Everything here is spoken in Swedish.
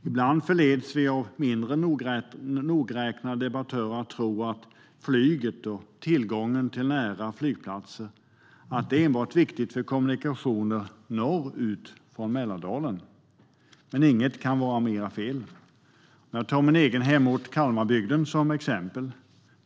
Ibland förleds vi av mindre nogräknade debattörer att tro att flyget och tillgången till nära flygplatser enbart är viktigt för kommunikationer från Mälardalen och norrut, men inget kan vara mera fel. Ta min egen hemort Kalmarbygden som exempel.